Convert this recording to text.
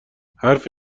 حرف